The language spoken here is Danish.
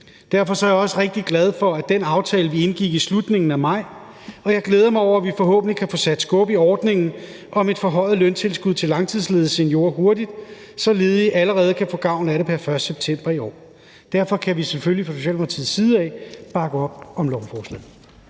Derfor er jeg også rigtig glad for den aftale, vi indgik i slutningen af maj, og jeg glæder mig over, at vi forhåbentlig kan få sat skub i ordningen om et forhøjet løntilskud til langtidsledige seniorer hurtigt, så ledige allerede kan få gavn af det pr. 1. september i år. Derfor kan vi selvfølgelig fra Socialdemokratiets side bakke op om lovforslaget.